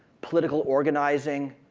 political organizing,